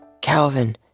Calvin